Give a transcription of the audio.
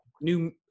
new